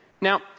Now